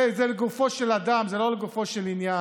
זה לגופו של אדם, זה לא לגופו של עניין.